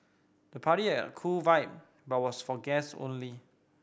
the party had a cool vibe but was for guests only